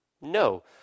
No